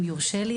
אם יורשה לי,